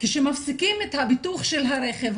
כשמפסיקים את הביטוח של הרכב,